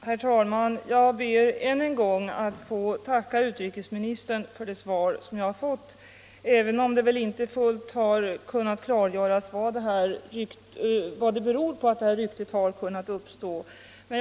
Herr talman! Jag ber än en gång att få tacka utrikesministern för svaret, även om det väl inte givit full klarhet i hur detta rykte uppstått.